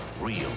real